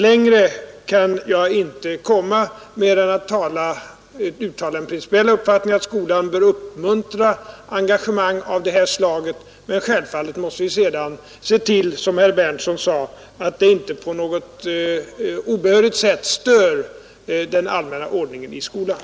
Jag kan inte komma längre än att som min principiella uppfattning uttala att skolan bör uppmuntra engagemang av det här slaget. Men självfallet måste vi sedan som herr Berndtson sade se till att inte aktiviteterna på något obehörigt sätt stör den allmänna ordningen i skolan.